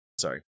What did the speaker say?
sorry